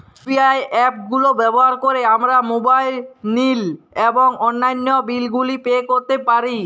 UPI app গুলো ব্যবহার করে আমরা মোবাইল নিল এবং অন্যান্য বিল গুলি পে করতে পারি